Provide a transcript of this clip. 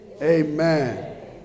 Amen